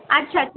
अच्छा